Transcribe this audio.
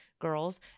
girls